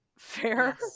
Fair